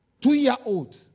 two-year-old